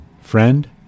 Friend